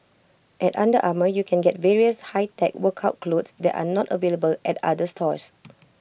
at under Armour you can get various high tech workout clothes that are not available at other stores